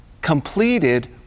completed